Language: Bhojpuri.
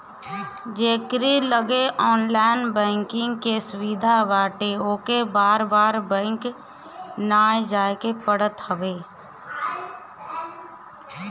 जेकरी लगे ऑनलाइन बैंकिंग के सुविधा बाटे ओके बार बार बैंक नाइ जाए के पड़त हवे